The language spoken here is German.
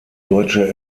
deutsche